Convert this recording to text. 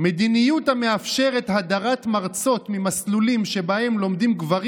"מדיניות המאפשרת הדרת מרצות ממסלולים שבהם לומדים גברים